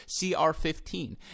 CR15